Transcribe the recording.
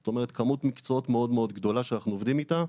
זאת אומרת כמות מקצועות מאוד מאוד גדולה שאנחנו עובדים איתה.